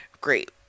Great